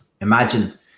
Imagine